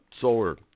solar